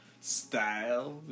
style